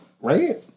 Right